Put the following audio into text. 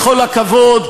בכל הכבוד,